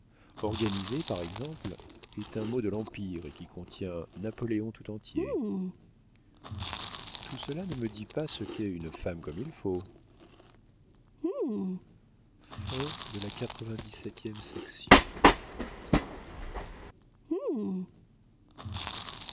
organiser par exemple est un mot de l'empire et qui contient napoléon tout entier tout cela ne me dit pas ce qu'est une femme comme il faut